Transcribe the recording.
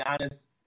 honest